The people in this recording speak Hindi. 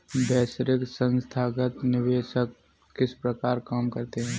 वैश्विक संथागत निवेशक किस प्रकार काम करते हैं?